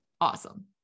Awesome